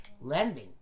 lending